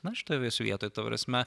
na šitoj jos vietoj ta prasme